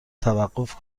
توقف